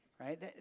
right